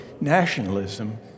nationalism